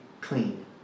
clean